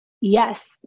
Yes